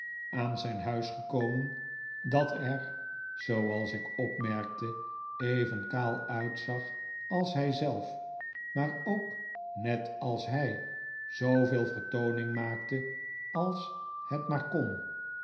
als ik opmerkte even kaal uitzag als hij zelf maar ook net als hij zooveel vertooning maakte als het maar kon